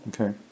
okay